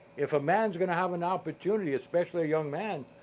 if a man's gonna have an opportunity, especially a young man,